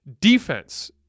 defense